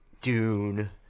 Dune